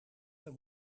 dan